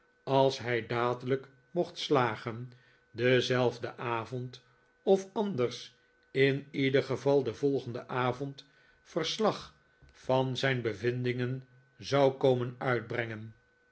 als hij dadelijk mocht slagen denzelfden avond of anders in ieder geval den volgenden avond verslag van zijn bevindingen zou komen uitbrengen